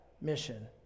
mission